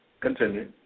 Continue